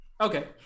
Okay